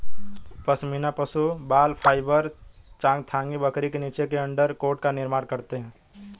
पश्मीना पशु बाल फाइबर चांगथांगी बकरी के नीचे के अंडरकोट का निर्माण करता है